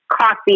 coffee